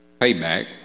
payback